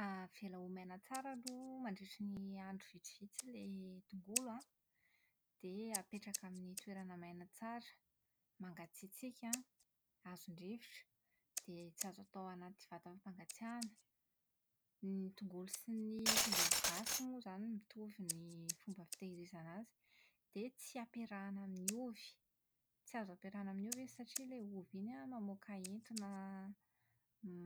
Avela ho maina tsara aloha mandritra ny andro vitsivitsy ilay tongolo an, dia apetraka amin'ny toerana maina tsara, mangatsiatsiaka an, azon-drivotra dia tsy azo atao anaty vata fampangatsiahana. Ny tongolo sy ny tongolo gasy moa izany mitovy ny fomba fitahirizana azy, dia tsy ampiarahana amin'ny ovy. Tsy azo ampiarahana amin'ny ovy izy satria ilay ovy iny an, mamoaka entona